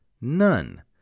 None